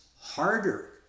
harder